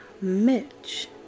mitch